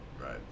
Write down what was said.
Right